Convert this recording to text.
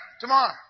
tomorrow